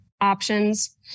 options